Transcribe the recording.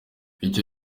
icyo